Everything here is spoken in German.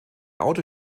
autor